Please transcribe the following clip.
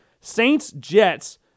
Saints-Jets